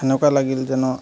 এনেকুৱা লাগিল যেন